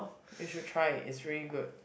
you should try is really good